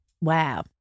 Wow